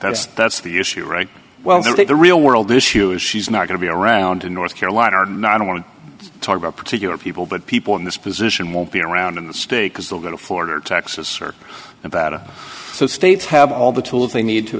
that's that's the issue right well take the real world issues she's not going to be around in north carolina or not i don't want to talk about particular people but people in this position won't be around in the state because they're going to florida texas or about it so states have all the tools they need to